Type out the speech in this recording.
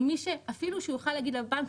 או מי שאפילו יוכל להגיד לבנק,